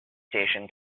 station